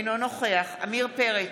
אינו נוכח עמיר פרץ,